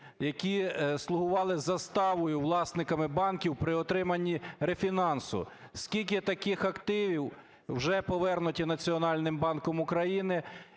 які слугували заставою власниками банків при отриманні рефінансу? Скільки таких активів вже повернуті Національним банком України